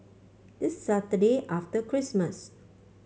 this Saturday after Christmas